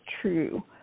true